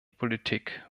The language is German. politik